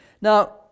Now